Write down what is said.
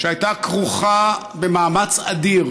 שהייתה כרוכה במאמץ אדיר.